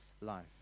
life